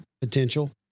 potential